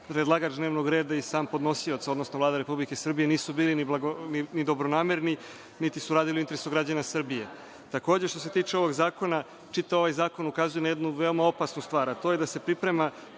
predlagač dnevnog reda i sam podnosilac, odnosno Vlada Republike Srbije nisu bili ni dobronamerni, niti su radili u interesu građana Srbije. Takođe, što se tiče ovog zakona, čitav ovaj zakon ukazuje na jednu veoma opasnu stvar, a to je da se priprema